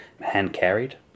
hand-carried